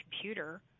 computer